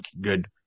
good